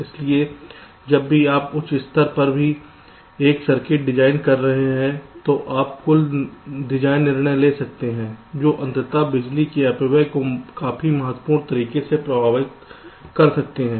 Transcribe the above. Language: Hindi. इसलिए जब भी आप उच्च स्तर पर भी एक सर्किट डिजाइन कर रहे हैं तो आप कुछ डिजाइन निर्णय ले सकते हैं जो अंततः बिजली के अपव्यय को काफी महत्वपूर्ण तरीके से प्रभावित कर सकते हैं